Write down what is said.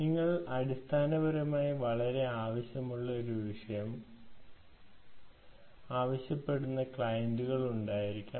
നിങ്ങൾക്ക് അടിസ്ഥാനപരമായി വളരെ ആവശ്യമുള്ള ഒരു വിഷയം ആവശ്യപ്പെടുന്ന ക്ലയന്റുകൾ ഉണ്ടായിരിക്കാം